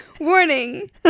warning